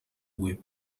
web